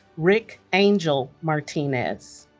rick angel martinez